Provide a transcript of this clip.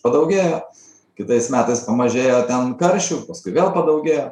padaugėjo kitais metais pamažėjo ten karšių paskui vėl padaugėjo